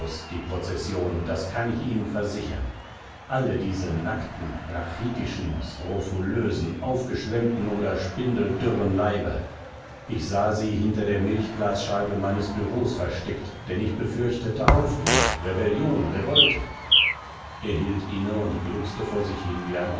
die prozession das kann ich ihnen versichern alle diese nackten rachitischen skrofulösen aufgeschwemmten oder spindeldürren leiber ich sah sie hinter der milchglasscheibe meines büros versteckt denn ich befürchtete aufruhr rebellion revolte er hielt inne und gluckste vor sich hin wie ein